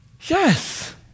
Yes